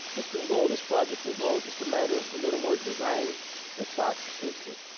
this can go, this project can go, just a matter of a little more design and thought into it.